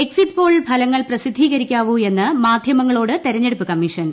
exit poll ഫ്ലിങ്ങൾ പ്രസിദ്ധീകരിക്കാവൂ എന്ന് മാധ്യമങ്ങളോട് തെര്ഞ്ഞെടുപ്പ് കമ്മീഷൻ